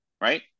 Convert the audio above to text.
right